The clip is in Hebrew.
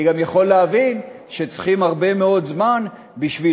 אני גם יכול להבין שצריכים הרבה מאוד זמן בשביל